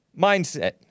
mindset